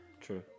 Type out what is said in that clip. True